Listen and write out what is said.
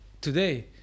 today